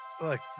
Look